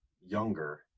younger